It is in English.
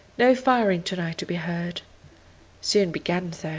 no firing to-night to be heard soon began, though.